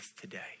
today